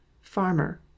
farmer